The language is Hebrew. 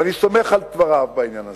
ואני סומך על דבריו בעניין הזה.